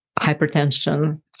hypertension